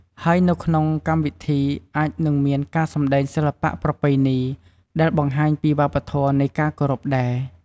ហើយនៅក្នុងកម្មវិធីអាចនឹងមានការសម្តែងសិល្បៈប្រពៃណី ដែលបង្ហាញពីវប្បធម៌នៃការគោរពដែរ។